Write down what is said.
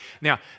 Now